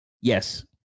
yes